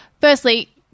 firstly